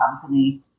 company